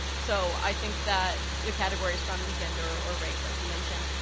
so i think that the categories from gender or race like you mentioned,